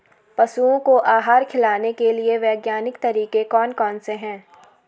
पशुओं को आहार खिलाने के लिए वैज्ञानिक तरीके कौन कौन से हैं?